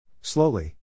Slowly